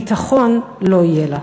ביטחון לא יהיה לה.